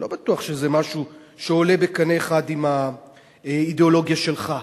לא בטוח שזה משהו שעולה בקנה אחד עם האידיאולוגיה שלך.